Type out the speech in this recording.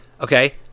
Okay